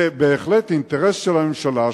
זה בהחלט אינטרס של המשטרה,